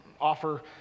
offer